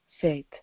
faith